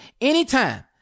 anytime